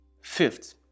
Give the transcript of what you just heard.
Fifth